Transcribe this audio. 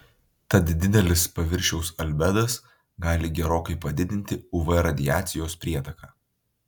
tad didelis paviršiaus albedas gali gerokai padidinti uv radiacijos prietaką